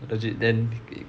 legit then